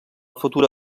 futura